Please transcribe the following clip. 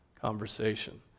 conversation